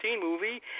movie